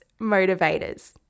motivators